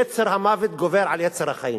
יצר המוות גובר על יצר החיים.